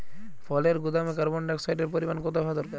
ফলের গুদামে কার্বন ডাই অক্সাইডের পরিমাণ কত হওয়া দরকার?